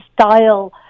style